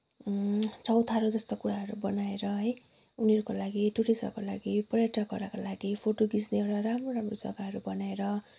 चौतारो जस्तो कुराहरू बनाएर है उनीहरूको लागि टुरिस्टहरूको लागि पर्यटकहरूको लागि फोटो खिच्नलाई राम्रो राम्रो जग्गाहरू बनाएर